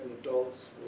adults